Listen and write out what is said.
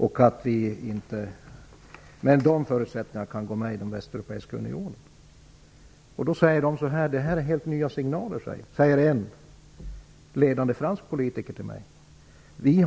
Jag har sagt att vi inte med de förutsättningarna kan gå med i den västeuropeiska unionen. Då säger folk att det är helt nya signaler. En ledande fransk politiker säger till mig